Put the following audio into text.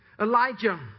Elijah